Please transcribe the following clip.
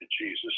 Jesus